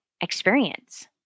experience